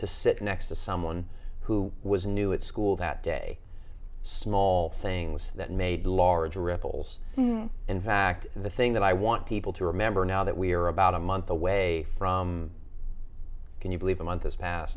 to sit next to someone who was new at school that day small things that made larger ripples in fact the thing that i want people to remember now that we're about a month away from can you believe a month has pas